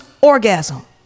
orgasm